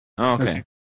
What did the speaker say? Okay